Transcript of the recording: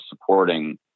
supporting